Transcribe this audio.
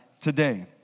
today